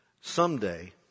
Someday